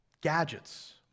gadgets